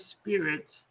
spirit's